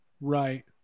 Right